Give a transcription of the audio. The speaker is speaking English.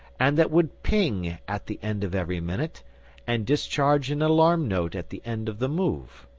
and that would ping at the end of every minute and discharge an alarm note at the end of the move.